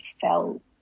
felt